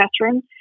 Catherine